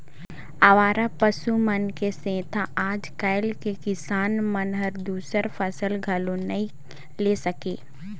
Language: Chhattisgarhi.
अवारा पसु मन के सेंथा आज कायल के किसान मन हर दूसर फसल घलो नई ले सके